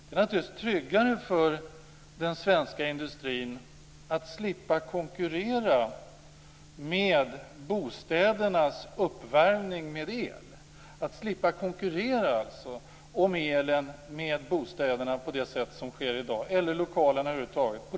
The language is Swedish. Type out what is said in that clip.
Det är naturligtvis tryggare för den svenska industrin att slippa konkurrera med bostäder och lokaler om elen för uppvärmning på det sätt som i dag sker.